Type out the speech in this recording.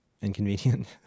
inconvenient